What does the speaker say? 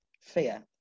fear